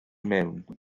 mewn